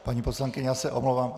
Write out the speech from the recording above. Paní poslankyně, já se omlouvám.